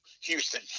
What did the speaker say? Houston